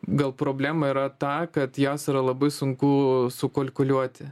gal problema yra ta kad jas yra labai sunku sukolkuliuoti